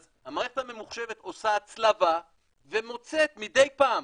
אז המערכת הממוחשבת עושה הצלבה ומוצאת מדי פעם,